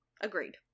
Agreed